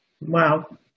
Wow